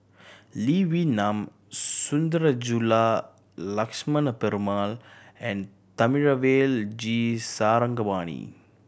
Lee Wee Nam Sundarajulu Lakshmana Perumal and Thamizhavel G Sarangapani